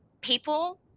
people